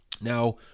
Now